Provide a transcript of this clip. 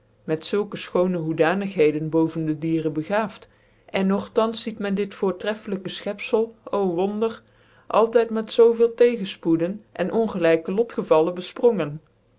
met zulke fchoonc hoedanigheden boven dc dieren begaaft cn nogtans ziet men dit voortreffelijke fchepfcl ö wonder altyd roet zoo veel tegenfpocden en ongelijke lotgevallen befprongen